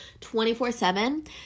24-7